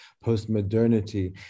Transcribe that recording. post-modernity